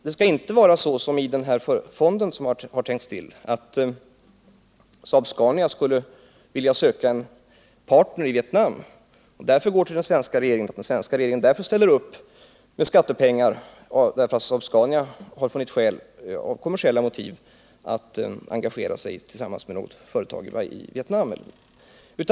Det skall inte vara som när det gäller den tilltänkta fonden, nämligen att Saab-Scania om det söker en partner i Vietnam vänder sig till den svenska regeringen, varefter denna ställer upp med skattepengar — alltså därför att Saab-Scania av kommersiella motiv har funnit skäl att engagera sig tillsammans med något företag i Vietnam.